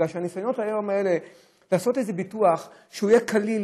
כי הניסיונות האלה היום לעשות ביטוח שהוא יהיה קליל,